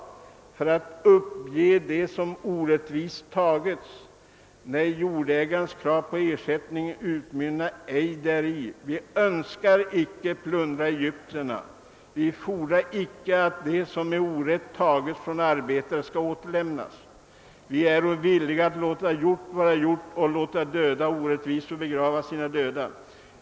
För att uppge det som orättvist tagits? Nej, jordägarens krav på ersättning utmynna ej däri. Vi önska icke plundra egyptierna. Vi fordra icke att det som med orätt tagits från arbetarne skall återlämnas. Vi äro villiga att låta gjort vara gjort och låta döda orättvisor begrava sina döda.